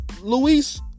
Luis